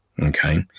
Okay